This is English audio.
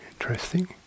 interesting